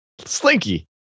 slinky